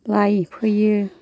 लाय फोयो